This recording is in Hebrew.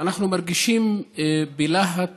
אנחנו מרגישים בלהט